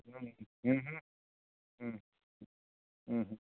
ᱦᱩᱸ ᱦᱩᱸ ᱦᱩᱸ ᱦᱩᱸ ᱦᱩᱸ ᱦᱩᱸ